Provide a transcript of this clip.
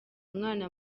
mwana